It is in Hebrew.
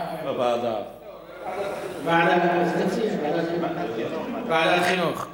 אז תציע ועדת חינוך.